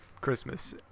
Christmas